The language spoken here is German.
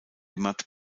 mat